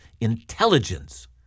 Intelligence